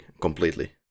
completely